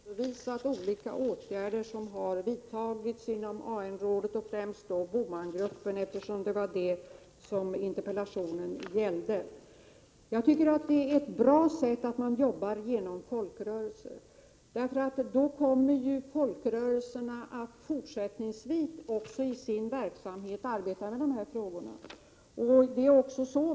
Herr talman! Jag har i ett mycket utförligt svar redovisat olika åtgärder som har vidtagits inom AN-rådet och främst inom BOMAN-gruppen, eftersom det var BOMAN-gruppen som interpellationen gällde. Jag tycker att det är ett bra sätt att arbeta genom folkrörelser, eftersom folkrörelserna då även fortsättningsvis i sin verksamhet kommer att arbeta med dessa frågor.